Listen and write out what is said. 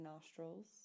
nostrils